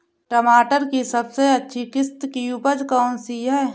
टमाटर की सबसे अच्छी किश्त की उपज कौन सी है?